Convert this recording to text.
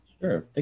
Sure